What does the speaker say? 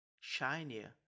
shinier